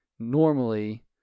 normally